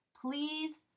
please